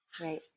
Right